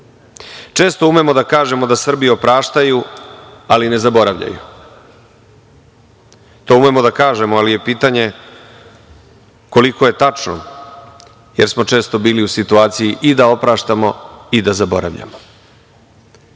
umemo da kažemo da Srbi opraštaju, ali ne zaboravljaju. To umemo da kažemo, ali je pitanje koliko je tačno, jer smo često bili u situaciji i da opraštamo i da zaboravljamo.